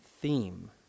theme